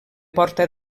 porta